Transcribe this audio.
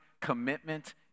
commitment